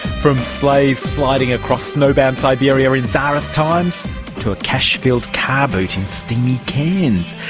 from slaves sliding across snowbound siberia in czarist times to a cash-filled car boot in steamy cairns.